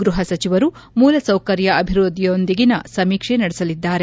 ಗ್ಟಪ ಸಚಿವರು ಮೂಲಸೌಕರ್ಯ ಅಭಿವೃದ್ದಿಯೊಂದಿಗಿನ ಸಮೀಕ್ಷೆ ನಡೆಸಲಿದ್ದಾರೆ